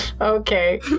Okay